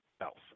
else